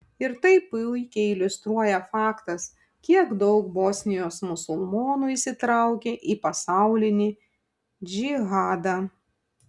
ir tai puikiai iliustruoja faktas kiek daug bosnijos musulmonų įsitraukė į pasaulinį džihadą